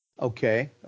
Okay